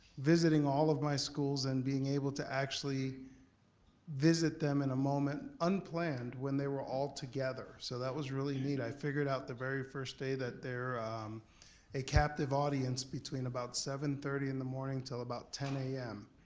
visiting all of my schools and being able to actually visit them in a moment unplanned when they were all together. so that was really neat. i figured out the very first day that they're a captive audience between about seven thirty in the morning til about ten zero a m.